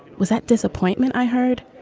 was that disappointment i heard.